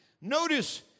Notice